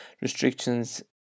restrictions